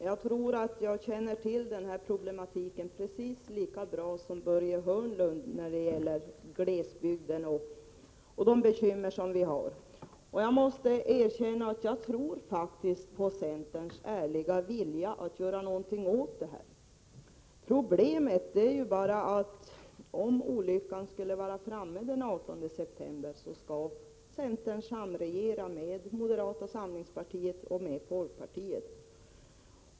Fru talman! Jag tror att jag precis lika bra som Börje Hörnlund känner till glesbygdens problem och bekymmer. Jag måste erkänna att jag faktiskt tror på centerns ärliga vilja att göra någonting åt detta. Problemet är ju bara att om olyckan skulle vara framme den 18 september, skall centerns samregera med moderata samlingspartiet och folkpartiet.